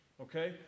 okay